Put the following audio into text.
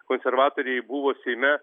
konservatoriai buvo seime